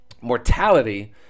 mortality